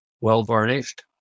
well-varnished